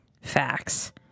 facts